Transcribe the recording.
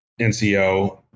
NCO